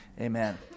Amen